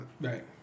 Right